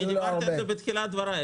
דיברתי על זה גם בתחילת דבריי.